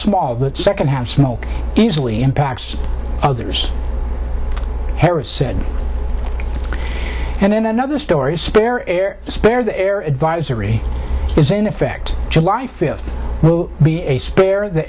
small that second have smoke easily impacts others harris said and in another story a spare air spare the air advisory is in effect july fifth will be a spare the